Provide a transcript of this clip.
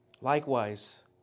Likewise